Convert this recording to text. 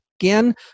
again